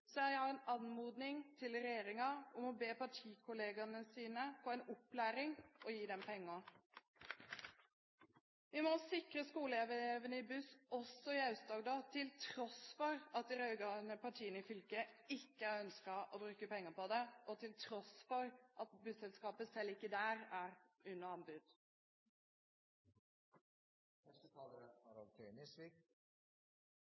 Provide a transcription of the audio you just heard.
Så jeg har en anmodning til regjeringen om å gi partikollegene sine en opplæring og gi dem penger. Vi må sikre skoleelevene i buss også i Aust-Agder, til tross for at de rød-grønne partiene i fylket ikke har ønsket å bruke penger på det, og til tross for at busselskapet selv ikke der er under